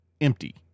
empty